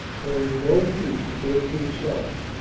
paying no heed to bursting shells.